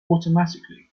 automatically